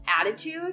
attitude